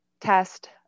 test